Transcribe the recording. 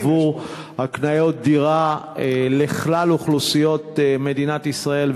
עבור הקניית דירה לכלל אוכלוסיות מדינת ישראל,